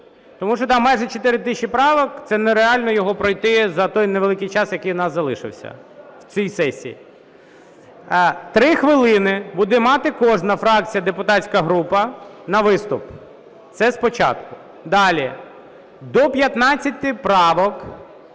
тому що там майже 4 тисячі правок. Це нереально його пройти за той невеликий час, який у нас залишився в цій сесії. Три хвилини буде мати кожна фракція і депутатська група на виступ. Це спочатку. Далі. До 15 правок